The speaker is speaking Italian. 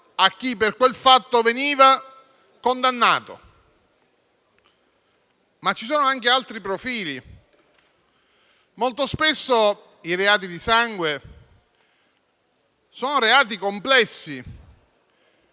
a chi per quel fatto veniva condannato. Ma ci sono anche altri profili. Molto spesso i reati di sangue sono reati complessi.